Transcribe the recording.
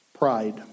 Pride